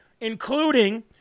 including